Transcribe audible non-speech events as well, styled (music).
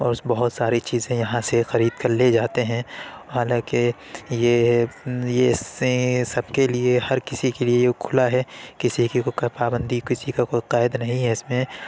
اور (unintelligible) بہت ساری چیزیں یہاں سے خرید کر لے جاتے ہیں حالانکہ یہ یہ (unintelligible) سب کے لیے ہر کسی کے لیے یہ کھلا ہے کسی کی کوئی پابندی کسی کا کوئی قید نہیں ہے اس میں